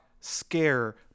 scare